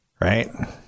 right